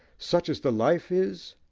such as the life is,